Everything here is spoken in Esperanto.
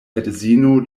edzino